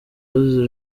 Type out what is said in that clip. bazize